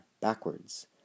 backwards